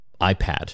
ipad